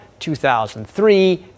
2003